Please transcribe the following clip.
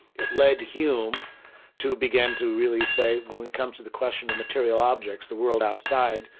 it led hume to begin to really say when when it comes to the question of material objects, the world outside,